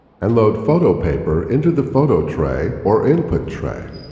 and load photo paper into the photo tray or input tray.